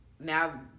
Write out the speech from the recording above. now